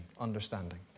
understanding